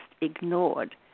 ignored